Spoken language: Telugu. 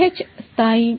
పిహెచ్ స్థాయి